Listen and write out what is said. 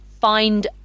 find